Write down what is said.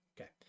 okay